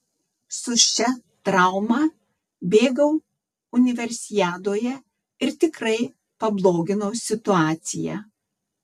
su šia trauma bėgau universiadoje ir tikrai pabloginau situaciją